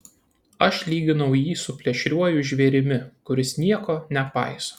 aš lyginau jį su plėšriuoju žvėrimi kuris nieko nepaiso